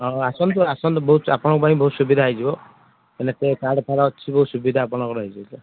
ହଁ ଆସନ୍ତୁ ଆସନ୍ତୁ ବହୁ ଆପଣଙ୍କ ପାଇଁ ବହୁତ ସୁବିଧା ହୋଇଯିବ ହେଲେ କାର୍ଡ଼ ଫାର୍ଡ଼ ଅଛି ବହୁତ ସୁବିଧା ଆପଣଙ୍କର ହୋଇଯିବ